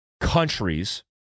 countries